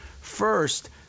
first